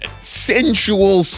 Sensual